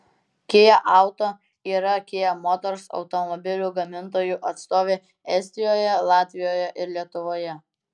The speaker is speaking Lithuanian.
kia auto yra kia motors automobilių gamintojų atstovė estijoje latvijoje ir lietuvoje